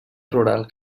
rural